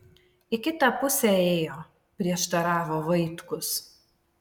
į kitą pusę ėjo prieštaravo vaitkus